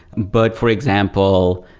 but for example,